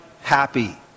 happy